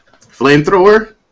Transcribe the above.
Flamethrower